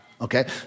Okay